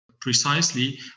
Precisely